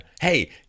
Hey